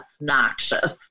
noxious